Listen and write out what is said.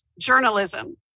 journalism